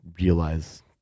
realize